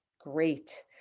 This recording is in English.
Great